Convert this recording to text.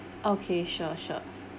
okay sure sure